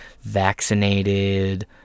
vaccinated